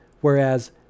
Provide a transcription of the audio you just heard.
Whereas